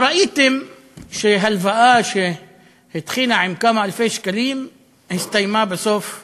וראיתם שהלוואה שהתחילה בכמה אלפי שקלים הסתיימה בסוף במאות-אלפים,